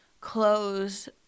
clothes